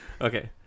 okay